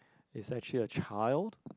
is actually a child